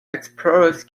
explorers